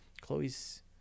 Chloe's